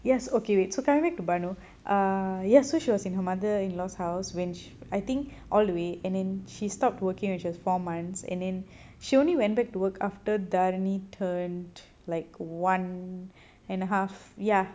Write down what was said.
yes okay wait so coming back to baanu ah ya so she was in her mother in laws house which I think all the way and then she stopped working when she was four months and then she only went back to work after tharani turned like one and a half ya